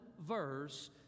verse